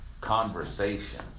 Conversation